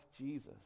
Jesus